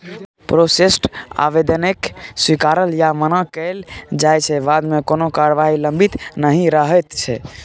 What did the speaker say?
processed आबेदनकेँ स्वीकारल या मना कएल जाइ छै बादमे कोनो कारबाही लंबित नहि रहैत छै